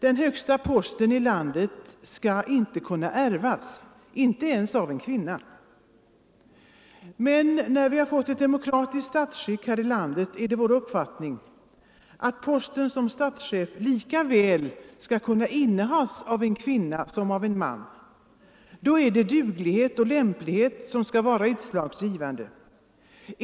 Den högsta posten i landet skall inte kunna ärvas — inte ens av en kvinna! Men när vi har fått ett demokratiskt statsskick här i landet är det vår uppfattning att posten som statschef lika väl skall kunna innehas av en kvinna som av en man. Då är det duglighet och lämplighet som skall vara utslagsgivande.